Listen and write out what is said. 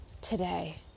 today